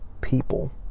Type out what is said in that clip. people